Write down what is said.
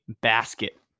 basket